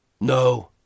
no